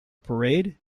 parade